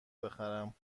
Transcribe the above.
بخرم